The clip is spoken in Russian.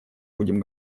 будем